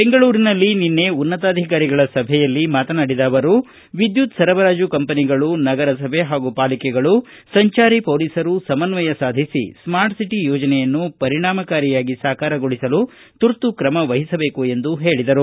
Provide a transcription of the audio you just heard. ಬೆಂಗಳೂರಿನಲ್ಲಿ ನಿನ್ನೆ ಉನ್ನತಾಧಿಕಾರಿಗಳ ಸಭೆಯಲ್ಲಿ ಮಾತಾನಾಡಿದ ಅವರು ವಿದ್ಯುತ್ ಸರಬರಾಜು ಕಂಪನಿಗಳು ನಗರಸಭೆ ಹಾಗೂ ಪಾಲಿಕೆಗಳು ಸಂಚಾರಿ ಪೊಲೀಸರು ಸಮನ್ವಯ ಸಾಧಿಸಿ ಸ್ಕಾರ್ಟ್ಸಿಟಿ ಯೋಜನೆಯನ್ನು ಪರಿಣಾಮಕಾರಿಯಾಗಿ ಸಾಕಾರಗೊಳಿಸಲು ತುರ್ತು ಕ್ರಮವಹಿಸಬೇಕು ಎಂದು ಹೇಳಿದರು